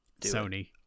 sony